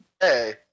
Hey